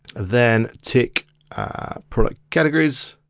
then tick product categories.